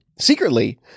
secretly